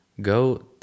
Go